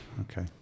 Okay